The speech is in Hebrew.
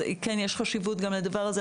אז כן יש חשיבות לדבר הזה.